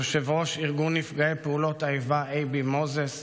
יושב-ראש ארגון נפגעי פעולות האיבה אייבי מוזס,